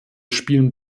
spielen